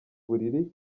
uburiri